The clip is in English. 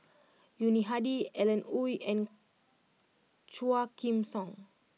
Yuni Hadi Alan Oei and Quah Kim Song